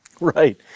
Right